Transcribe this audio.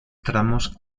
tramos